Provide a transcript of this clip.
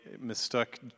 mistook